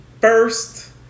first